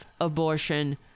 abortion